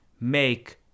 make